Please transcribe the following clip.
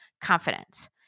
confidence